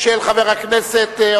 הארכת כהונה),